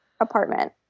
apartment